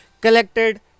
collected